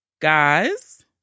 Guys